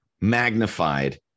magnified